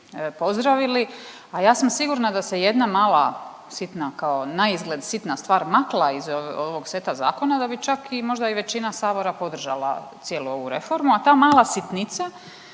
pozdravili. A ja sam sigurna da se jedna mala sitna kao naizgled sitna stvar makla iz ovog seta zakona da bi čak možda i većina Sabora podržala cijelu ovu reformu, a ta mala sitnica